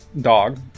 dog